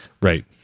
Right